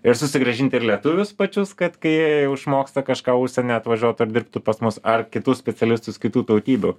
ir susigrąžinti ir lietuvius pačius kad kai jie jau išmoksta kažką užsienyje atvažiuotų ir dirbtų pas mus ar kitus specialistus kitų tautybių